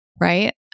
right